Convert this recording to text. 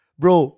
bro